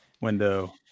Window